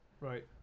Right